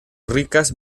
ricas